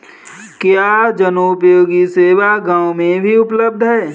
क्या जनोपयोगी सेवा गाँव में भी उपलब्ध है?